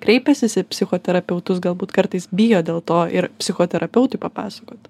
kreipęsis į psichoterapeutus galbūt kartais bijo dėl to ir psichoterapeutui papasakot